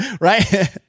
right